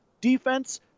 defense